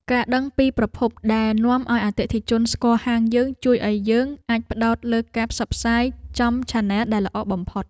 ការដឹងពីប្រភពដែលនាំឱ្យអតិថិជនស្គាល់ហាងយើងជួយឱ្យយើងអាចផ្ដោតលើការផ្សព្វផ្សាយចំឆានែលដែលល្អបំផុត។